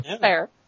fair